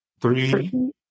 three